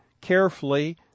carefully